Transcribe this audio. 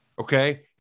okay